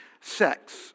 sex